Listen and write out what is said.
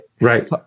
Right